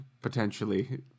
Potentially